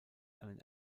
einen